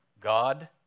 God